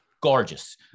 gorgeous